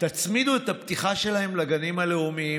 תצמידו את הפתיחה שלהם לגנים הלאומיים,